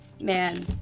man